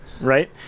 right